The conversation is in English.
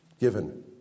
given